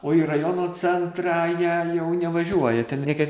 o į rajono centrą jie ja jau nevažiuoja ten reikia